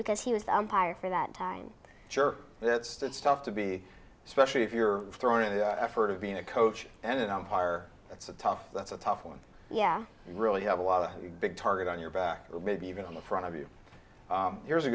because he was the empire for that time sure that's good stuff to be especially if you're throwing in the effort of being a coach and an umpire that's a tough that's a tough one yeah you really have a lot of big target on your back maybe even on the front of you here's a